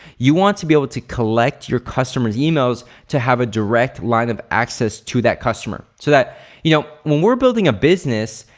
you want to be able to collect your customers emails to have a direct line of access to that customer so that you know when we're building a business,